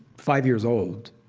five years old,